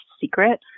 secret